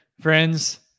Friends